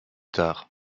tard